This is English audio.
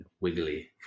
wiggly